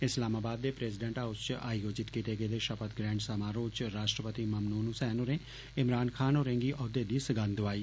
इस्लामाबाद दे president house च आयोजित कीते गेदे शपथ ग्रहण समारोह च राष्ट्रपति ममनून हुसैन होरें इमरान खान होरें गी ओहदे दी सगंध दोआई